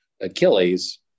Achilles